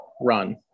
run